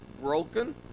broken